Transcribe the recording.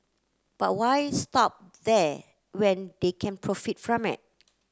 but why stop there when they can profit from it